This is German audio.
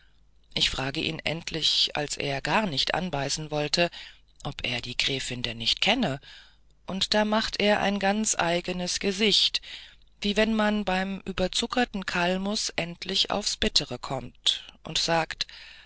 ich frage ihn endlich als er gar nicht anbeißen wollte ob er die gräfin denn nicht kenne und da machte er ein ganz eigenes gesicht wie wenn man beim überzuckerten kalmus endlich aufs bittere kommt und sagte